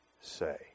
say